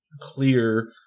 clear